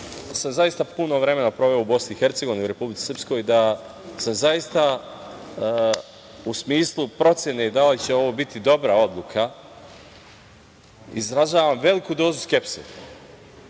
sam zaista puno vremena proveo u Bosni i Hercegovini u Republici Srpskoj, da sam u smislu procene da li će ovo biti dobra odluka, izražavam veliku dozu skepse,